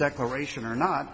declaration or not